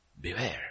beware